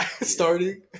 Starting